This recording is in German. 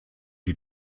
die